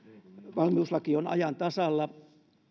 valmiuslaki on ajan tasalla